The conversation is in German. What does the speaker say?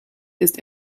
ist